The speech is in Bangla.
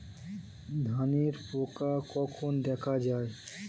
ধানের পোকা কখন দেখা দেয়?